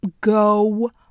go